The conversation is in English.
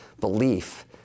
belief